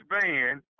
van